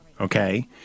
okay